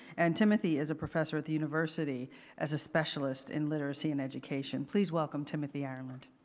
and timothy is a professor at the university as a specialist in literacy in education. please welcome timothy ireland.